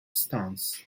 stance